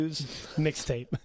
Mixtape